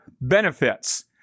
benefits